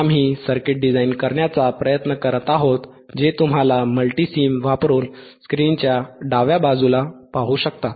आम्ही circuit design करण्याचा प्रयत्न करत आहोत जे तुम्ही मल्टीसिम वापरून स्क्रीनच्या डाव्या बाजूला पाहू शकता